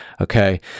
Okay